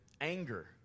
anger